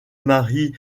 marie